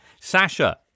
Sasha